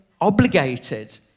obligated